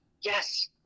yes